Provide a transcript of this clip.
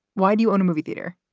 why do you own a movie theater?